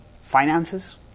finances